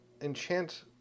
enchant